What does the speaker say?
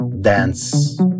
Dance